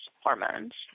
hormones